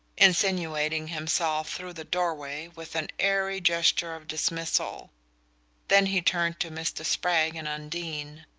insinuating himself through the doorway with an airy gesture of dismissal then he turned to mr. spragg and undine.